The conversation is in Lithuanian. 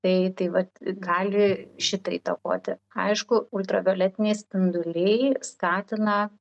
tai tai vat gali šitą įtakoti aišku ultravioletiniai spinduliai skatina